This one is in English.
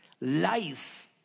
lies